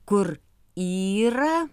kur yra